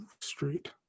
Street